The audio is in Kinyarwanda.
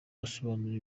asobanura